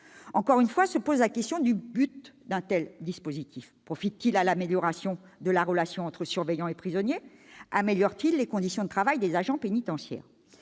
Encore une fois se pose la question du but d'un tel dispositif. Profite-t-il à l'amélioration de la relation entre surveillants et prisonniers ? Améliore-t-il les conditions de travail des agents pénitentiaires ?